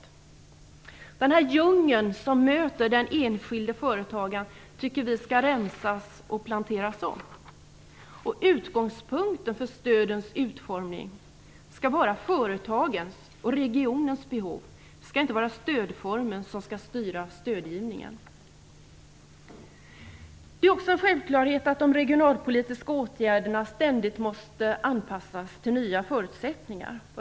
Den djungel som möter den enskilde företagaren skall rensas och planteras om. Utgångspunkten för stödens utformning skall vara företagens och regionens behov. Det är inte stödformen som skall styra stödgivningen. Det är också en självklarhet att de regionalpolitiska åtgärderna ständigt måste anpassas till nya förutsättningar.